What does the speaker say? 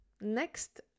Next